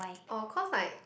our course like